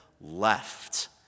left